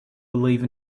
believe